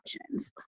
options